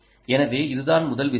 எனவே இதுதான் முதல் விஷயம்